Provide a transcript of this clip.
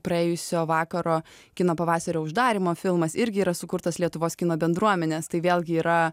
praėjusio vakaro kino pavasario uždarymo filmas irgi yra sukurtas lietuvos kino bendruomenės tai vėlgi yra